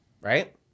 right